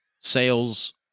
Sales